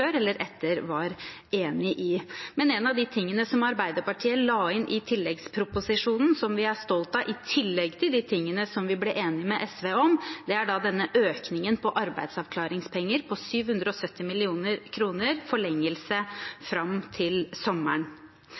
eller senere var enig i. Men en av de tingene som Arbeiderpartiet la inn i tilleggsproposisjonen som vi er stolt av, i tillegg til de tingene som vi ble enige med SV om, er denne økningen på arbeidsavklaringspenger på 770 mill. kr forlengelse fram til sommeren.